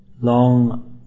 long